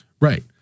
Right